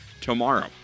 tomorrow